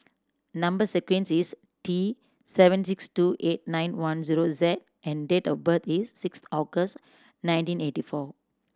number sequence is T seven six two eight nine one zero Z and date of birth is six August nineteen eighty four